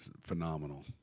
phenomenal